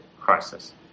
crisis